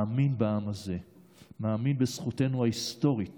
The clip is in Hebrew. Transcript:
מאמין בעם הזה, מאמין בזכותנו ההיסטורית